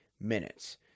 minutes